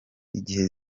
igihe